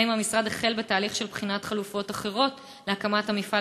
האם המשרד החל בתהליך של בחינת חלופות להקמת המפעל,